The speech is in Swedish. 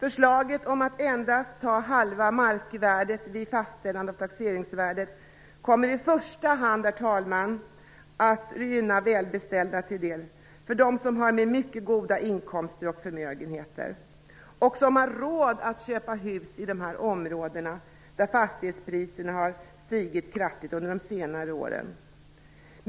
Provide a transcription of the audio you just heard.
Förslaget om att endast ta upp halva markvärdet vid fastställande av taxeringsvärdet kommer i första hand, herr talman, att gynna välbeställda, de som har mycket goda inkomster och förmögenheter och som har råd att köpa hus i de här områdena där fastighetspriserna har stigit kraftigt under de senare åren.